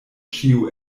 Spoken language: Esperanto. ĉiu